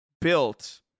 built